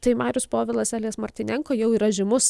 tai marius povilas elijas mortynenko jau yra žymus